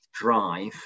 drive